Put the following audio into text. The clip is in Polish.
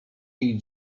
nich